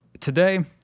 Today